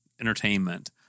entertainment